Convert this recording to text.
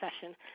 session